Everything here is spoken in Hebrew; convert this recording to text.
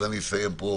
אז אני אסיים פה,